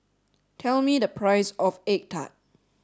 tell me the price of Egg Tart